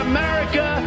America